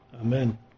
Amen